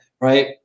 right